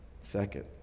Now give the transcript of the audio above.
Second